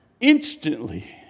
instantly